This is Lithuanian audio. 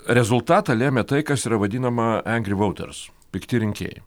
rezultatą lėmė tai kas yra vadinama angry voters pikti rinkėjai